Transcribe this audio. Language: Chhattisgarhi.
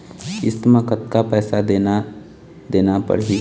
किस्त म कतका पैसा देना देना पड़ही?